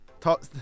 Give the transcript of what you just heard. Top